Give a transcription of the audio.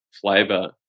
flavor